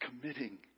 committing